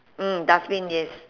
mm dustbin yes